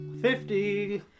Fifty